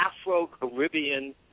Afro-Caribbean